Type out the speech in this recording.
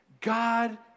God